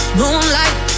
moonlight